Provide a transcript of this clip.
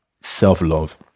self-love